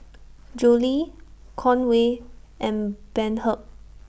Julie Conway and Bernhard